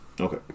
Okay